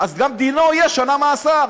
דינו גם יהיה שנה מאסר.